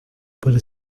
para